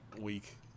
week